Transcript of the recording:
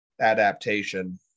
adaptation